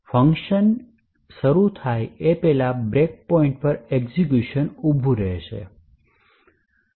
function શરૂ થાય તે પહેલા બ્રેક પોઈન્ટ પર એકઝીક્યૂશન ઊભું રહેશે